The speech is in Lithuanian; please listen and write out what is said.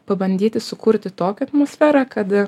pabandyti sukurti tokią atmosferą kad